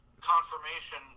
confirmation